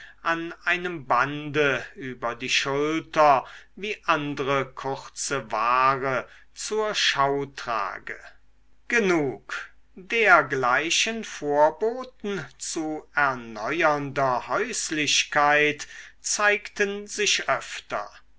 an einem bande über die schulter wie andre kurze ware zur schau trage genug dergleichen vorboten zu erneuernder häuslichkeit zeigten sich öfter